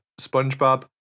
SpongeBob